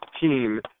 team